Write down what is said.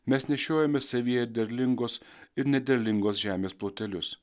mes nešiojame savyje derlingos ir nederlingos žemės plotelius